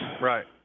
Right